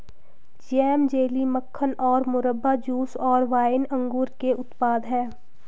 jam, jelly, मक्खन और मुरब्बा, जूस और वाइन अंगूर के उत्पाद हैं